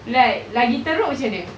like lagi teruk macam mana